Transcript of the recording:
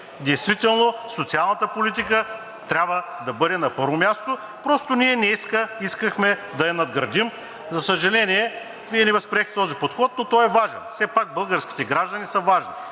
Действително социалната политика трябва да бъде на първо място. Просто ние днес искахме да я надградим. За съжаление, Вие не възприехте този подход, но той е важен. Все пак българските граждани са важни.